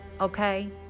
Okay